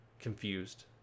confused